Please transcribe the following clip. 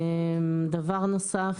דבר נוסף.